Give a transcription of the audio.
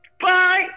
Bye